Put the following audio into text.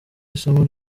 isomo